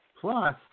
plus